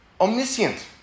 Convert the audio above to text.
omniscient